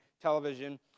television